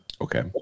Okay